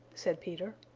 said peter.